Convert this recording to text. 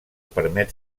permet